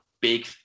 big